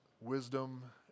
wisdom